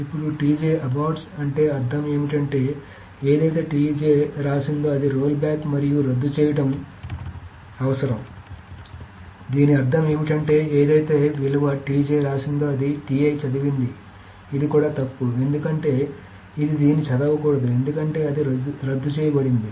ఇప్పుడు అబార్ట్స్ అంటే అర్థం ఏమిటంటే ఏదైతే రాసిందో అది రోల్ బ్యాక్ మరియు రద్దు చేయడం అవసరం దీని అర్థం ఏమిటంటే ఏదైతే విలువ రాసిందో అది చదివింది ఇది కూడా తప్పు ఎందుకంటే ఇది దీన్ని చదవకూడదు ఎందుకంటే అది రద్దు చేయబడింది